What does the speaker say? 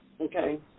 okay